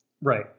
Right